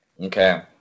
Okay